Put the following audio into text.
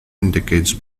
indicates